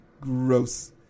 Gross